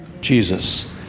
Jesus